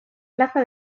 plaza